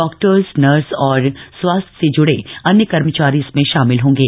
doctor nurse और स्वास्थ्य से जुड़े अन्य कर्मचारी इसमें शामिल होंगे